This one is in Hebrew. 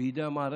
בידי המערכת.